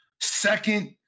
second